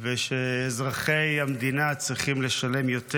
ושאזרחי המדינה צריכים לשלם יותר,